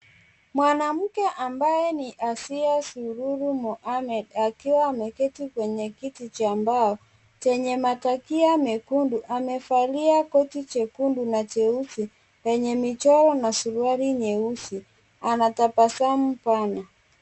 Mwanamke ambaye ni Asiya Sururu Mohammed akwa ameketi kwenye kiti cha mbao, chenye matakia mekundu. Amevalia koti jekundu na jeusi lenye michoro na suruali nyeusi. Anatabasamu pana.